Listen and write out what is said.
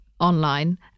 Online